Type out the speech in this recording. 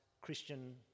Christian